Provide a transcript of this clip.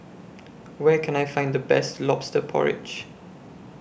Where Can I Find The Best Lobster Porridge